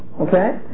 Okay